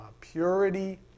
purity